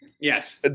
Yes